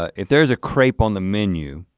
ah if there's a crepe on the menu,